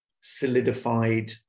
solidified